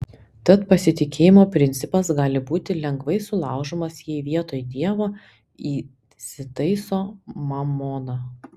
tad pasitikėjimo principas gali būti lengvai sulaužomas jei vietoj dievo įsitaiso mamona